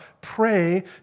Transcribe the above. Pray